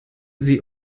sie